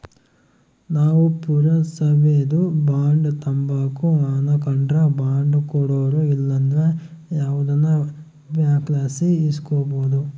ನಾವು ಪುರಸಬೇದು ಬಾಂಡ್ ತಾಂಬಕು ಅನಕಂಡ್ರ ಬಾಂಡ್ ಕೊಡೋರು ಇಲ್ಲಂದ್ರ ಯಾವ್ದನ ಬ್ಯಾಂಕ್ಲಾಸಿ ಇಸ್ಕಬೋದು